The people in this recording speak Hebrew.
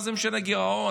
מה זה משנה הגירעון?